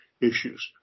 issues